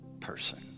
person